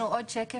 יש לנו עוד שקף.